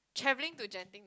travelling to Genting to